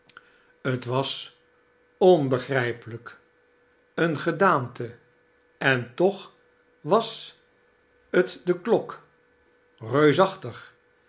t was onbegrijpelijk eene gedaante en toch was t de klok reusachtig